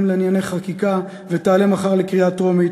לענייני חקיקה ותעלה מחר לקריאה טרומית,